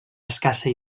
escassa